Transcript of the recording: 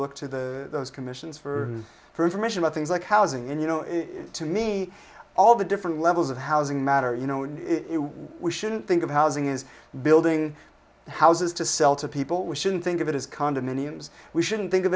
look to the commissions for for information about things like housing and you know to me all the different levels of housing matter you know we shouldn't think of housing is building houses to sell to people we shouldn't think of it as condominiums we shouldn't think of